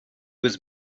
was